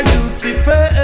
Lucifer